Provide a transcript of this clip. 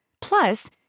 Plus